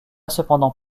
cependant